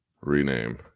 Rename